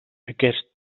aquest